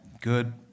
good